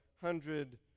Hundred